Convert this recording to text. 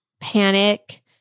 panic